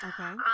Okay